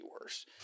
worse